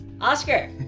Oscar